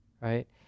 Right